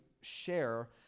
share